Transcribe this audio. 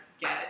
get